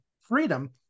freedom